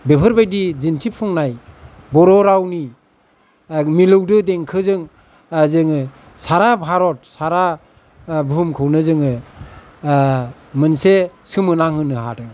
बेफोरबायदि दिन्थिफुंनाय बर' रावनि मिलौदो देंखोजों जोङो सारा भारत सारा बुहुमखौनो जोङो मोनसे सोमोनांहोनो हादों